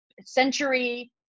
century